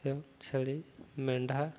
ଏବଂ ଛେଳି ମେଣ୍ଢା